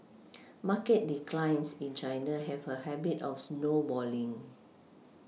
market declines in China have a habit of snowballing